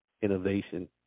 innovation